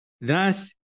Thus